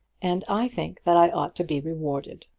and i think that i ought to be rewarded.